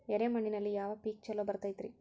ಎರೆ ಮಣ್ಣಿನಲ್ಲಿ ಯಾವ ಪೇಕ್ ಛಲೋ ಬರತೈತ್ರಿ?